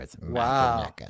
Wow